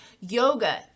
yoga